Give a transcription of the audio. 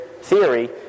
theory